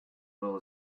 well